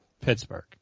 Pittsburgh